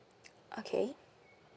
okay